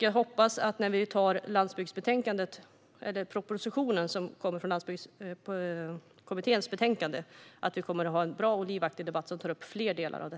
Jag hoppas att vi kommer att ha en bra och livaktig debatt som tar upp fler delar av detta när propositionen kommer som är baserad på Landsbygdskommitténs betänkande.